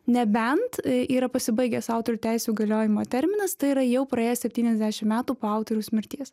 nebent yra pasibaigęs autorių teisių galiojimo terminas tai yra jau praėję septyniasdešim metų po autoriaus mirties